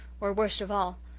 or, worst of all,